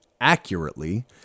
accurately